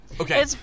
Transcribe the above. Okay